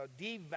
devaluing